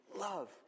love